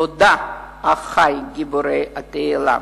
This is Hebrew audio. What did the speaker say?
תודה, אחי גיבורי התהילה.